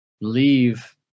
leave